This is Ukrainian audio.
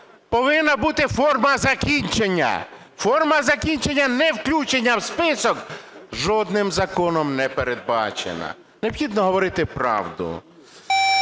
повинна бути форма закінчення. Форма закінчення "невключення в список" жодним законом не передбачена, необхідно говорити правду.